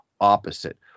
opposite